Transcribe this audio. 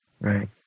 Right